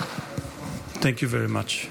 Thank you very much.